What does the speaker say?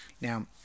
Now